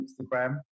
Instagram